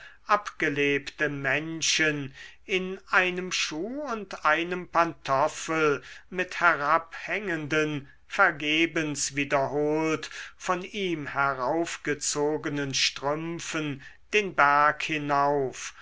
abgelebte männchen in einem schuh und einem pantoffel mit herabhängenden vergebens wiederholt von ihm heraufgezogenen strümpfen den berg hinauf